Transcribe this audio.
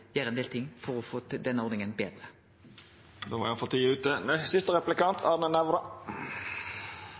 ein del ting for å få denne ordninga betre. Det var